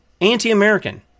anti-American